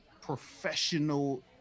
professional